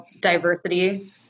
diversity